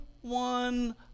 one